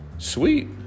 Sweet